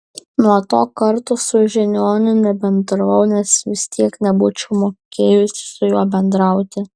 nuo to karto su žiniuoniu nebendravau nes vis tiek nebūčiau mokėjusi su juo bendrauti